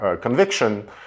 conviction